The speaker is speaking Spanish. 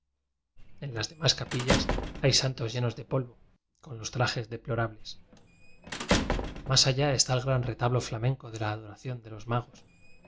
en las demás capillas hay santos llenos de polvo con biblioteca nacional de españa los trajes deplorables mas allá está el gran retablo flamenco de la adoración de los magos